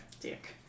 Dick